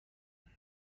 بلیط